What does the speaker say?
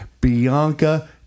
Bianca